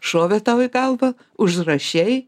šovė tau į galvą užrašei